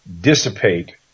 dissipate